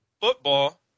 football